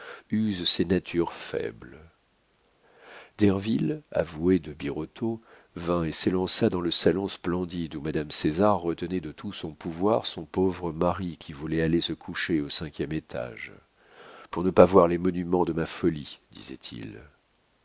usent ces natures faibles derville avoué de birotteau vint et s'élança dans le salon splendide où madame césar retenait de tout son pouvoir son pauvre mari qui voulait aller se coucher au cinquième étage pour ne pas voir les monuments de ma folie disait-il